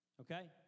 Okay